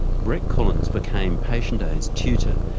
brett collins became patient a's tutor,